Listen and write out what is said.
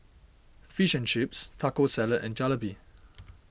Fish and Chips Taco Salad and Jalebi